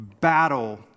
battle